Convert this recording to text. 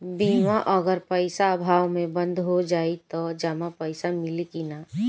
बीमा अगर पइसा अभाव में बंद हो जाई त जमा पइसा मिली कि न?